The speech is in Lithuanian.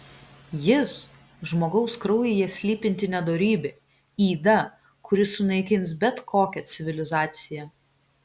jis žmogaus kraujyje slypinti nedorybė yda kuri sunaikins bet kokią civilizaciją